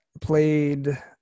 played